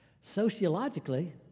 Sociologically